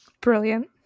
brilliant